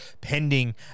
pending